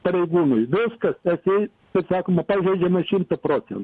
pareigūnui viskas tasai taip sakoma pažeidžiama šimta procentų